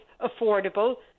affordable